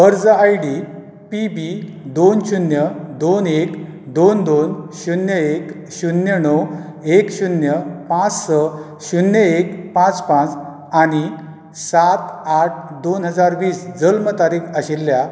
अर्ज I D P B दोन शुन्य दोन एक दोन दोन शुन्य एक शुन्य णव एक शुन्य पांच स शुन्य एक पांच पांच आनी सात आठ दोन हजार वीस जल्म तारीक आशिल्ल्या